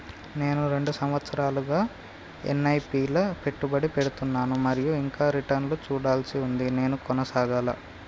నేను రెండు సంవత్సరాలుగా ల ఎస్.ఐ.పి లా పెట్టుబడి పెడుతున్నాను మరియు ఇంకా రిటర్న్ లు చూడాల్సి ఉంది నేను కొనసాగాలా?